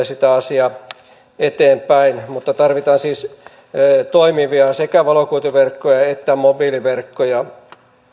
sitä asiaa eteenpäin mutta tarvitaan siis toimivia sekä valokuituverkkoja että mobiiliverkkoja